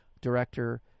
Director